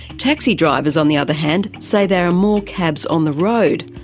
taxi drivers, on the other hand, say there are more cabs on the road,